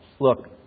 look